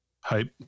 hype